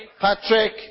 Patrick